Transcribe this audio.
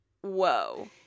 Whoa